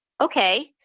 Okay